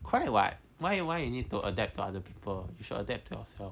correct what why you why you need to adapt to other people you should adapt to ourselves